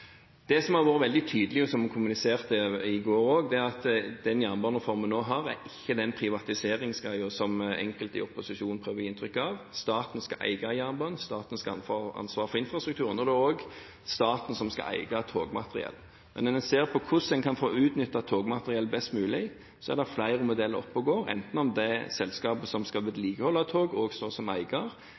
Det som har vært veldig tydelig, og som en kommuniserte også i går, er at den jernbanereformen vi nå har, ikke er den «privatiseringsgreia» som enkelte i opposisjonen prøver å gi inntrykk av. Staten skal eie jernbanen, staten skal ha ansvar for infrastrukturen, og det er også staten som skal eie togmateriell. Men når en ser på hvordan en kan få utnyttet togmateriell best mulig, er det flere modeller oppe og går, enten det er at det selskapet som skal vedlikeholde tog, også står som eier,